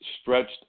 stretched